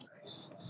Nice